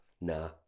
Nah